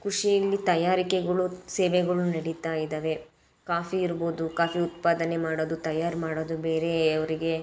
ಕೃಷಿಯಲ್ಲಿ ತಯಾರಿಕೆಗಳು ಸೇವೆಗಳು ನಡೀತಾ ಇದ್ದಾವೆ ಕಾಫಿ ಇರ್ಬೋದು ಕಾಫಿ ಉತ್ಪಾದನೆ ಮಾಡೋದು ತಯಾರು ಮಾಡೋದು ಬೇರೇ ಅವರಿಗೆ